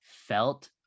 felt